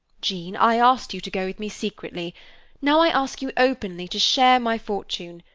jean, i asked you to go with me secretly now i ask you openly to share my fortune.